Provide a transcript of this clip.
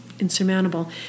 insurmountable